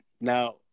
Now